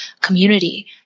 community